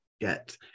get